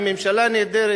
עם ממשלה נהדרת,